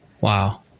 Wow